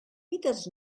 mites